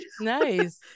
nice